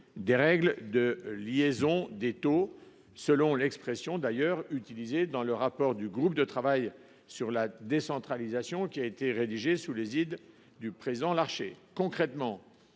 des règles de liaison des taux, selon l’expression utilisée dans le rapport du groupe de travail sur la décentralisation rédigé sous l’égide du président Larcher.